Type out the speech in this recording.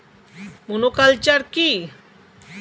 Monoculture কি?